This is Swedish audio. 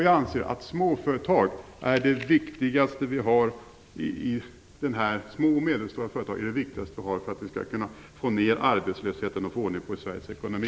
Jag anser att små och medelstora företag är det viktigaste vi har för att få ner arbetslösheten och få ordning på Sveriges ekonomi.